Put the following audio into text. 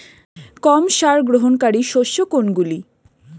কম সার গ্রহণকারী শস্য কোনগুলি?